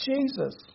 Jesus